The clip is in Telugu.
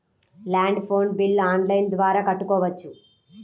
ల్యాండ్ ఫోన్ బిల్ ఆన్లైన్ ద్వారా కట్టుకోవచ్చు?